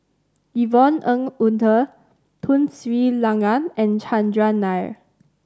Yvonne Ng Uhde Tun Sri Lanang and Chandran Nair